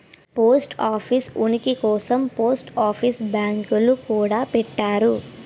post office ఉనికి కోసం post office బ్యాంకులు గూడా పెట్టారు